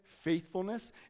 faithfulness